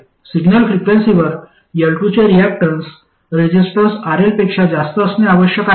signal फ्रिक्वेन्सीवर L2 चे reactance resistance RL पेक्षा जास्त असणे आवश्यक आहे